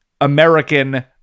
American